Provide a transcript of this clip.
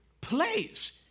place